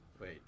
Wait